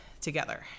together